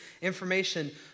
information